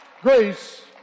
grace